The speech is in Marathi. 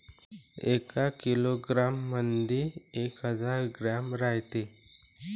एका किलोग्रॅम मंधी एक हजार ग्रॅम रायते